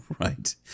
Right